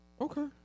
Okay